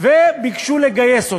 וביקשו לגייס אותם.